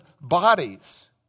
bodies